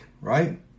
right